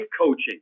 coaching